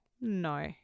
No